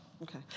Okay